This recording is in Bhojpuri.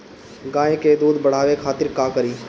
गाय के दूध बढ़ावे खातिर का करी?